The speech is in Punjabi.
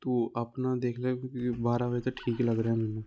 ਤੂੰ ਆਪਣਾ ਦੇਖ ਲੈ ਕਿਉਂਕਿ ਬਾਰ੍ਹਾਂ ਵਜੇ ਤਾਂ ਠੀਕ ਹੀ ਲੱਗ ਰਿਹਾ ਮੈਨੂੰ